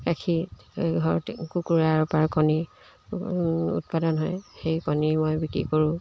ৰাখি ঘৰতে কুকুুৰাৰপৰা কণী উৎপাদন হয় সেই কণী মই বিক্ৰী কৰোঁ